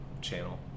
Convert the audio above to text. channel